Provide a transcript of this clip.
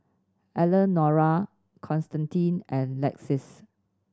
Elenora Constantine and Lexis